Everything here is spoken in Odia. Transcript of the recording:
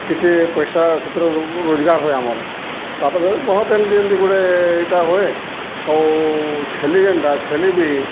କିଛି ପଇସା ସେଥିରୁ ରୋଜଗାର ହୁଏ ଆମର ତାପରେ ବହୁତ ଏମିତି ଏମତି ଗୁଡ଼େ ଏଇଟା ହୁଏ ଆଉ ଛେଲି ଯେନ୍ଟା ଛେଲି ବି